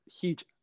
huge